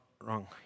wrong